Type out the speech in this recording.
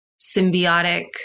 symbiotic